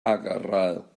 agarrado